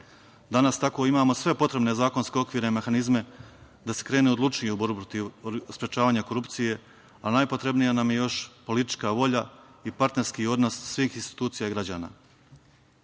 Danas tako imamo sve potrebne zakonske okvire i mehanizme da se krene odlučnije u borbu protiv sprečavanja korupcije, a najpotrebnija nam je još politička volja i partnerski odnos svih institucija građana. Pred